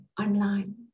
online